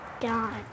God